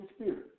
Spirit